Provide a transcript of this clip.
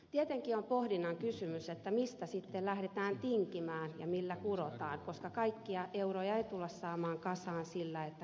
tietenkin on pohdinnan kysymys mistä sitten lähdetään tinkimään ja millä kurotaan koska kaikkia euroja ei tulla saamaan kasaan sillä että kasvua syntyy